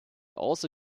also